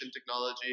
technology